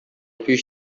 پیش